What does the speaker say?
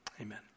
amen